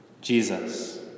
Jesus